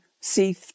see